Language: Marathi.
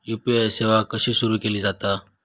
यू.पी.आय सेवा कशी सुरू केली जाता?